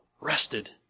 rested